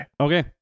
Okay